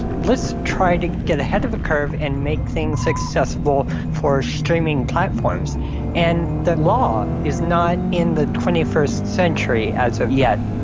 let's try to get ahead of the curve and make things accessible for streaming platforms and the law is not in the twenty first century as of yet